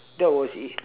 that was in